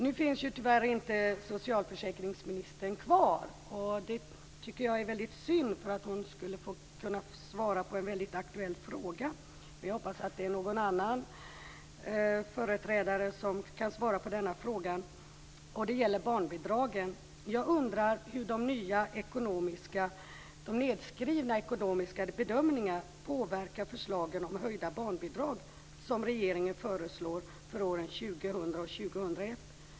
Nu är socialförsäkringsministern tyvärr inte kvar här. Det tycker jag är väldigt synd, för hon skulle annars kunnat få svara på en väldigt aktuell fråga. Jag hoppas att det är någon annan företrädare som kan svara på denna fråga som gäller barnbidragen. Jag undrar hur de nya nedskrivna ekonomiska bedömningarna påverkar förslagen om höjda barnbidrag, som regeringen föreslår för åren 2000 och 2001.